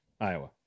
Iowa